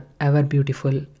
ever-beautiful